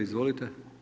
Izvolite.